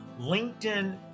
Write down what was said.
LinkedIn